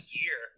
year